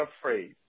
afraid